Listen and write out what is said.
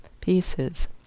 pieces